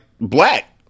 black